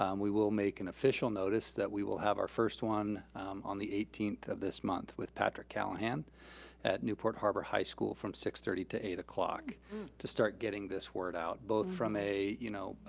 um we will make an official notice that we will have our first one on the eighteenth of this month with patrick callahan at newport harbor high school from six thirty the eight o'clock to start getting this word out, both from a you know